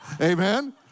Amen